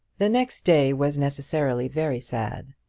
the next day was necessarily very sad.